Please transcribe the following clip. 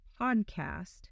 podcast